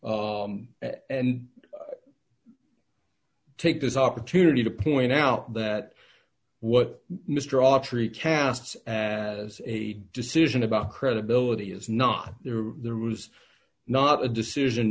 hurt and take this opportunity to point out that what mr autrey casts as a decision about credibility is not there there was not a decision